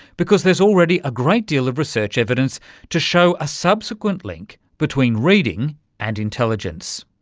because there's already a great deal of research evidence to show a subsequent link between reading and intelligence.